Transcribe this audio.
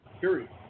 Period